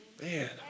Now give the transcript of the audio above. Man